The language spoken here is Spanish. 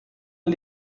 del